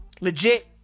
Legit